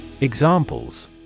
Examples